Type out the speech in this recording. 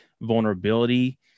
vulnerability